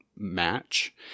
Match